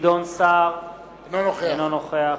גדעון סער, אינו נוכח